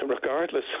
regardless